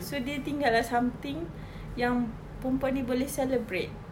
so dia tinggal lah something yang perempuan ini boleh celebrate